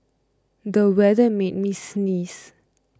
the weather made me sneeze